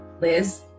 Liz